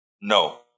No